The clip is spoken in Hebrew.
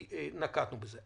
נקטנו בזה.